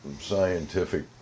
scientific